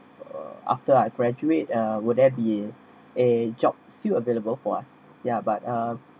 err after I graduate uh will there be eh job still available for us ya but uh